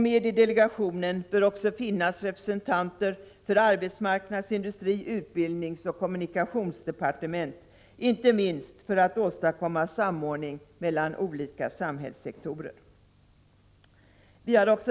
Med i delegationen bör också finnas representanter för arbetsmarknads-, industri-, utbildningsoch kommunikationsdepartementen, inte minst för att åstadkomma samordning mellan olika samhällssektorer.